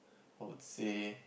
I would say